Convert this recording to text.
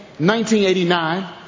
1989